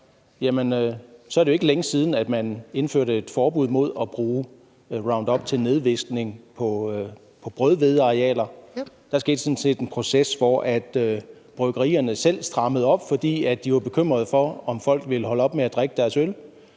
Roundup, så er det jo ikke længe siden, at man indførte et forbud mod at bruge Roundup til nedvisning på brødhvedearealer. Der var sådan set en proces, hvor bryggerierne selv strammede op, fordi de var bekymrede for, om folk ville holde op med at drikke deres øl.